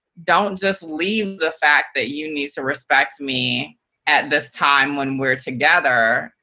don't just leave the fact that you need to respect me at this time when we're together.